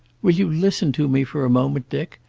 will you listen to me for a moment, dick?